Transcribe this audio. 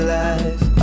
life